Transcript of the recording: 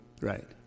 right